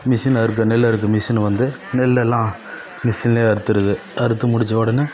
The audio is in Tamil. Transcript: மிஷின் அறுக்க நெல் அறுக்க மிஷின் வந்து நெல் எல்லாம் மிஷின்லேயே அறுத்துடுது அறுத்து முடித்த உடனே